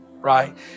right